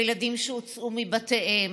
ילדים שהוצאו מבתיהם,